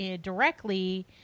directly